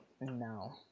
No